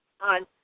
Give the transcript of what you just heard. on